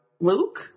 Luke